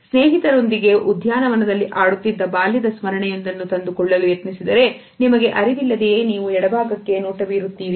ಸ್ನೇಹಿತರೊಂದಿಗೆ ಉದ್ಯಾನವನದಲ್ಲಿ ಆಡುತ್ತಿದ್ದ ಬಾಲ್ಯದ ಸ್ಮರಣೆ ಯೊಂದನ್ನು ತಂದುಕೊಳ್ಳಲು ಯತ್ನಿಸಿದರೆ ನಿಮಗೆ ಅರಿವಿಲ್ಲದೆಯೇ ನೀವು ಎಡಭಾಗಕ್ಕೆ ನೋಟ ಬರುತ್ತೀರಿ